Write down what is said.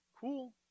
cool